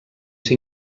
ser